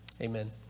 amen